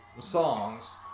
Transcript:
songs